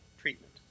treatment